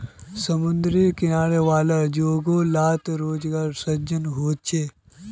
समुद्री किनारा वाला जोगो लात रोज़गार सृजन होचे